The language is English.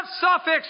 suffix